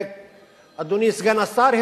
אדוני סגן השר,